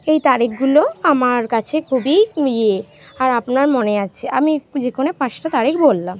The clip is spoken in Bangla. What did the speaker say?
এই তারিখগুলো আমার কাছে খুবই ইয়ে আর আপনার মনে আছে আমি একটু যে কোনও পাঁচটা তারিখ বললাম